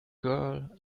girl